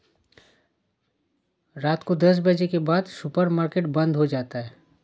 रात को दस बजे के बाद सुपर मार्केट बंद हो जाता है